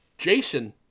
Jason